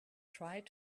tried